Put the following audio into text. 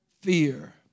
Fear